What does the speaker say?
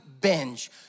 Binge